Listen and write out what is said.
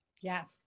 Yes